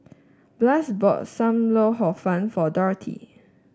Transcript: Blaise bought Sam Lau Hor Fun for Dorathy